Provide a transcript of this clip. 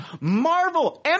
Marvel